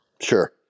Sure